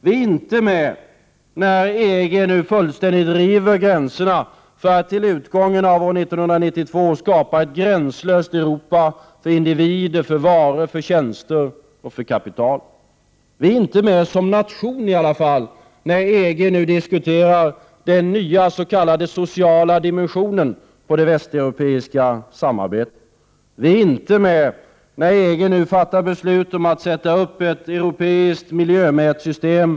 Vi är inte med när EG nu fullständigt river gränserna för att till utgången av år 1992 skapa ett gränslöst Europa för individer, varor, tjänster och kapital. Vi är inte med som nation i alla fall när EG nu diskuterar den nya s.k. sociala dimensionen när det gäller det västeuropeiska samarbetet. Vi är inte med när EG nu fattar beslut om att sätta upp ett europeiskt miljömätsystem.